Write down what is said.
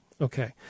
Okay